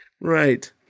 Right